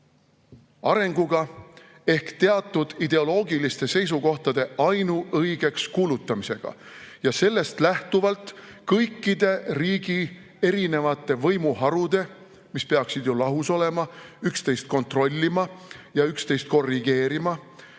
arenguga ehk teatud ideoloogiliste seisukohtade ainuõigeks kuulutamisega ja sellest lähtuvalt kõikide riigi erinevate võimuharude, mis peaksid ju lahus olema, üksteist kontrollima ja üksteist korrigeerima,